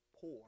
poor